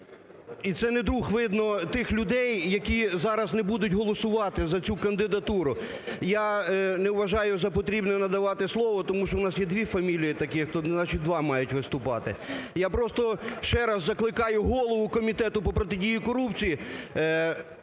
і це не друг, видно, тих людей, які зараз не будуть голосувати за цю кандидатуру. Я не вважаю за потрібне надавати слово, тому що у нас є два прізвища таких, то, значить, два мають виступати. Я просто ще раз закликаю голову Комітету по протидії корупції